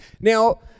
Now